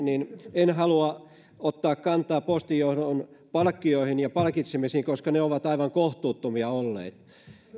en halua ottaa kantaa postin johdon palkkioihin ja palkitsemisiin jotka ovat aivan kohtuuttomia olleet